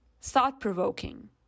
thought-provoking